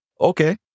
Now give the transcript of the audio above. okay